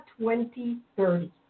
2030